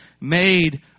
made